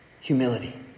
Humility